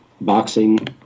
boxing